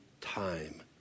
time